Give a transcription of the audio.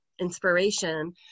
inspiration